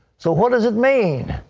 so what does it mean?